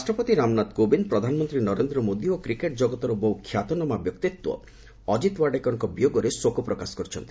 ରାଷ୍ଟ୍ରପତି ରାମନାଥ କୋବିନ୍ଦ୍ ପ୍ରଧାନମନ୍ତ୍ରୀ ନରେନ୍ଦ୍ର ମୋଦି ଏବଂ କ୍ରିକେଟ୍ ଜଗତର ବହୁ ଖ୍ୟାତନାମା ବ୍ୟକ୍ତିତ୍ୱ ଅଜିତ୍ ୱାଡେକରଙ୍କ ବିୟୋଗରେ ଶୋକ ପ୍ରକାଶ କରିଛନ୍ତି